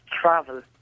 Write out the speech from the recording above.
travel